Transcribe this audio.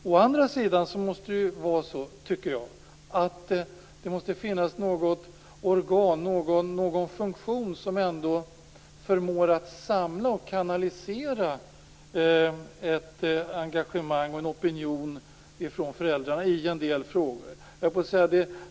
Å andra sidan tycker jag att det måste finnas något organ, någon funktion, som ändå förmår samla och kanalisera ett engagemang och en opinion från föräldrarna i en del frågor.